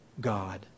God